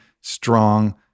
strong